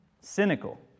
Cynical